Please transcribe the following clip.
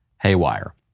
haywire